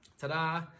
ta-da